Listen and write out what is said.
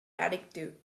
addictive